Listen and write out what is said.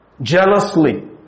Jealously